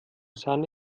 sahne